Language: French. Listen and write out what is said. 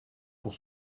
pour